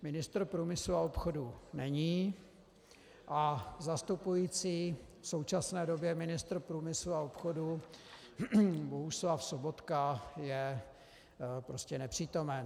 Ministr průmyslu a obchodu není a zastupující v současné době ministr průmyslu a obchodu Bohuslav Sobotka je prostě nepřítomen.